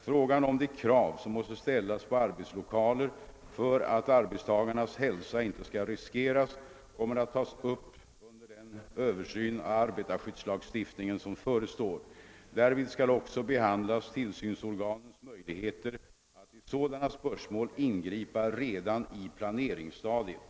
Frågan om de krav som måste ställas på arbetslokaler för att arbetstagarnas hälsa inte skall riskeras kommer att tas upp under den översyn av arbetarskyddslagstiftningen som «förestår. Därvid skall också behandlas tillsynsorganens möjligheter att i sådana spörsmål ingripa redan på planeringsstadiet.